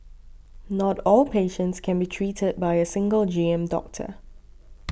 not all patients can be treated by a single G M doctor